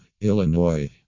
Illinois